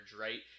right